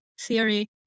theory